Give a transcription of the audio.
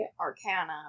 arcana